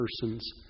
persons